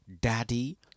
Daddy